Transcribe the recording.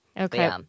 Okay